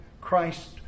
Christ